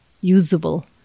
usable